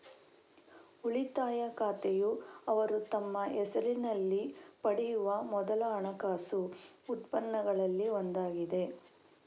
ಉಳಿತಾಯ ಖಾತೆಯುಅವರು ತಮ್ಮ ಹೆಸರಿನಲ್ಲಿ ಪಡೆಯುವ ಮೊದಲ ಹಣಕಾಸು ಉತ್ಪನ್ನಗಳಲ್ಲಿ ಒಂದಾಗಿದೆ